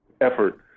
effort